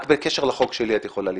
רק בקשר לחוק שלי את יכולה להתייחס.